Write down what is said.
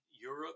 Europe